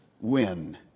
win